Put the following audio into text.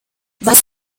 was